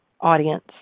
audience